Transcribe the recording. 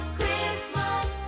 Christmas